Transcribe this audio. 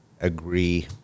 agree